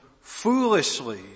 foolishly